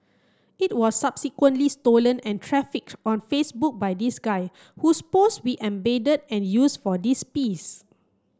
it was subsequently stolen and trafficked on Facebook by this guy whose post we embedded and used for this piece